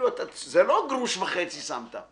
זה לא גרוש וחצי שמת.